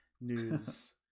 news